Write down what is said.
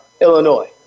Illinois